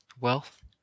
wealth